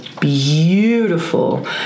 beautiful